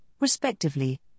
respectively